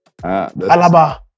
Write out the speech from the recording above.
Alaba